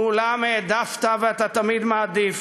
ואולם העדפת, ואתה תמיד מעדיף,